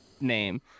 name